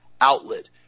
outlet